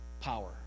power